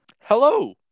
Hello